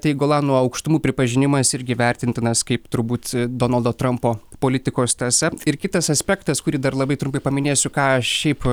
tai golano aukštumų pripažinimas irgi vertintinas kaip turbūt donaldo trumpo politikos tąsa ir kitas aspektas kurį dar labai trumpai paminėsiu ką šiaip